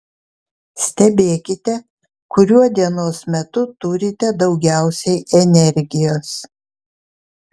stebėkite kuriuo dienos metu turite daugiausiai energijos